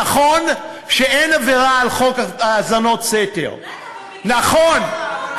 נכון שאין עבירה על חוק האזנת סתר, נכון,